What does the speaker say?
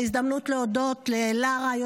זו הזדמנות להודות ללרה,